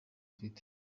afite